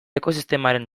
ekosistemaren